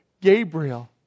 Gabriel